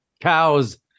cows